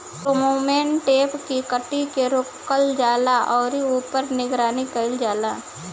Pheromone trap से कीट के रोकल जाला और ऊपर निगरानी कइल जाला?